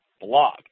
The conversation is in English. blog